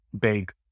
big